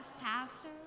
pastor